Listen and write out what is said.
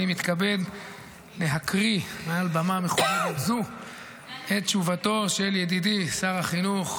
אני מתכבד להקריא מעל במה מכובדת זו את תשובתו של ידידי שר החינוך,